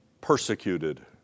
persecuted